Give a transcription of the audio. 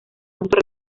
ámbito